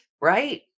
right